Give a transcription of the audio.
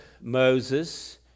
Moses